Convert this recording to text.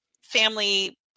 family